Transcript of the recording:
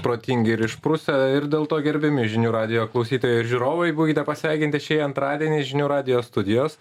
protingi ir išprusę ir dėl to gerbiami žinių radijo klausytojai ir žiūrovai būkite pasveikinti šį antradienį žinių radijo studijos